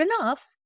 enough